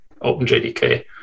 OpenJDK